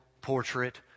portrait